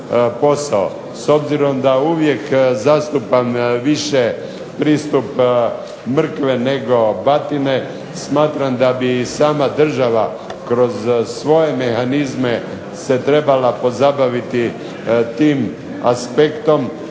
s obzirom da uvijek zastupam više pristup mrkve, nego batine, smatram da bi i sama država kroz svoje mehanizme se trebala pozabaviti tim aspektom.